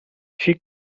she